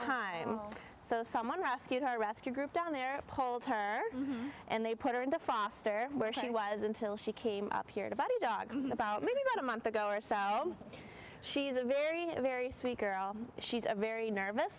ime so someone rescued her rescue group down there pulled her and they put her into foster where she was until she came up here about a dog about me about a month ago or so she's a very very sweet girl she's a very nervous